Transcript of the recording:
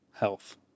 health